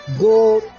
go